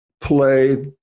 play